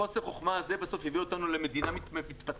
חוסר החוכמה הזו בסוף יביא אותנו למדינה מתפתחת,